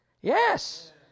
Yes